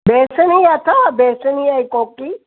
बेसणी अथव बेसणीअ जी कोकी